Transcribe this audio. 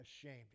ashamed